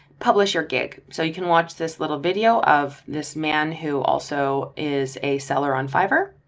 publish your gig. so you can watch this little video of this man who also is a seller on fiverr.